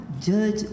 judge